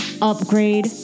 Upgrade